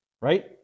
right